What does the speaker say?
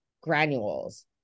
granules